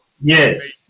Yes